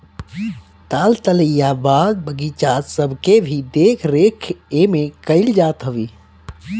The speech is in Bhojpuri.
ताल तलैया, बाग बगीचा सबके भी देख रेख एमे कईल जात हवे